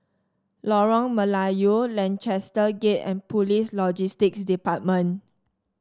Lorong Melayu Lancaster Gate and Police Logistics Department